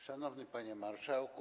Szanowny Panie Marszałku!